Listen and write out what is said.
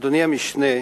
אדוני המשנה,